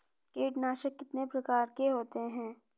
कीटनाशक कितने प्रकार के होते हैं?